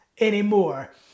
anymore